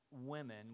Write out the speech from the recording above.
Women